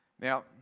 Now